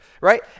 right